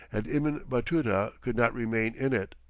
and ibn batuta could not remain in it,